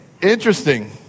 Interesting